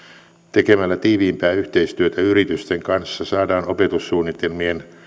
tekemällä tiiviimpää yhteistyötä yritysten kanssa saadaan opetussuunnitelmien